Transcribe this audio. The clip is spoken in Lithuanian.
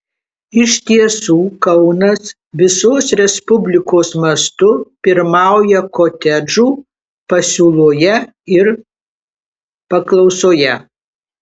iš tiesų kaunas visos respublikos mastu pirmauja kotedžų pasiūloje ir paklausoje